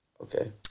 Okay